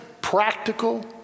practical